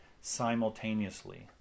simultaneously